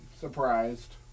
surprised